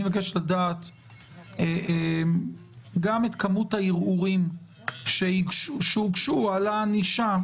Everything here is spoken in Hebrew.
אני מבקש לדעת גם את כמות הערעורים שהוגשו על הענישה.